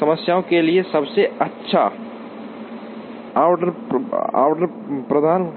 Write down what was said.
समस्या के लिए सबसे अच्छा आवंटन प्रदान करेगा